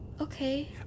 Okay